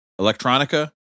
Electronica